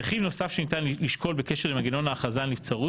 רכיב נוסף שניתן לשקול בקשר למנגנון ההכרזה על נבצרות